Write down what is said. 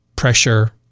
pressure